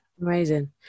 Amazing